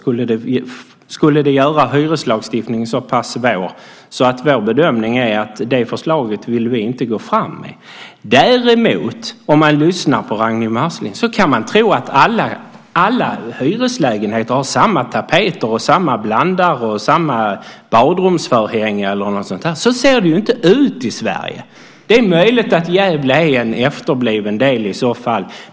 Det skulle göra hyreslagstiftningen så pass svår att vår bedömning är att det är ett förslag som vi inte vill gå fram med. Om man däremot lyssnar på Ragnwi Marcelind kan man tro att alla hyreslägenheter har samma tapeter, samma blandare, samma badrumsförhänge eller någonting sådant. Men så ser det inte ut i Sverige. Det är möjligt att Gävle i så fall är en efterbliven del.